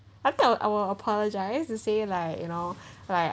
I've kind of I will apologise to say like you know like